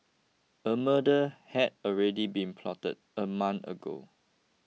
a murder had already been plotted a month ago